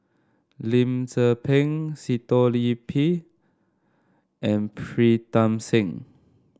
Lim Tze Peng Sitoh Yih Pin and Pritam Singh